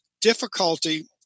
difficulty